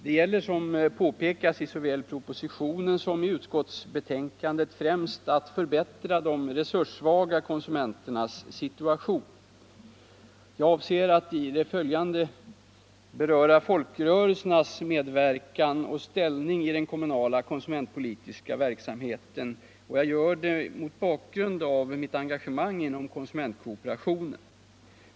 Det gäller, som påpekas i såväl propositionen som utskottsbetänkandet, främst att förbättra de resurssvaga konsumenternas situation. Jag avser att i det följande beröra folkrörelsernas medverkan och ställning i den kommunala konsumentpolitiska verksamheten. Jag gör det mot bakgrund av mitt engagemang inom konsumentkooperationen.